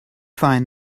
find